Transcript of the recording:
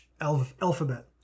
alphabet